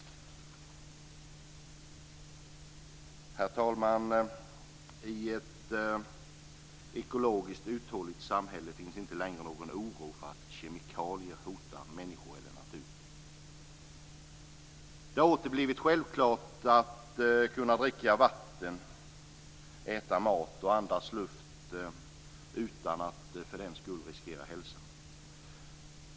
Herr talman! I ett ekologiskt uthålligt samhälle finns det inte längre någon oro för att kemikalier hotar människor eller natur. Det har åter blivit självklart att man kan dricka vatten, äta mat och andas luft utan att för den skull riskera hälsan.